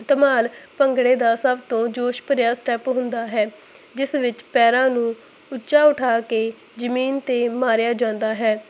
ਧਮਾਲ ਭੰਗੜੇ ਦਾ ਸਭ ਤੋਂ ਜੋਸ਼ ਭਰਿਆ ਸਟੈਪ ਹੁੰਦਾ ਹੈ ਜਿਸ ਵਿੱਚ ਪੈਰਾਂ ਨੂੰ ਉੱਚਾ ਉਠਾ ਕੇ ਜ਼ਮੀਨ 'ਤੇ ਮਾਰਿਆ ਜਾਂਦਾ ਹੈ